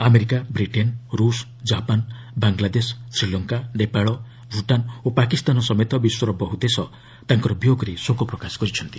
America Britain ରୁଷ Japan Bangladesh Sri Lanka Nepal Bhutan ଓ ପାକିସ୍ତାନ ସମେତ ବିଶ୍ୱର ବହୁ ଦେଶ ତାଙ୍କର ବିୟୋଗରେ ଶୋକ ପ୍ରକାଶ କରିଛନ୍ତି